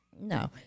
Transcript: No